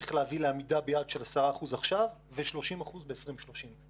שצריך להביא לעמידה ביעד של 10% עכשיו ו-30% ב-2030.